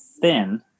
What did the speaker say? thin